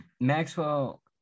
maxwell